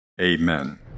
Amen